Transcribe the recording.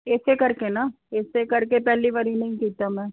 ਇਸੇ ਕਰਕੇ ਨਾ ਇਸੇ ਕਰਕੇ ਪਹਿਲੀ ਵਾਰੀ ਨਹੀਂ ਕੀਤਾ ਮੈਂ